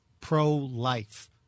pro-life